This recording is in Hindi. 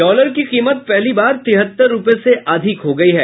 डॉलर की कीमत पहली बार तिहत्तर रूपये से अधिक हो गयी है